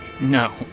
No